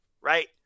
right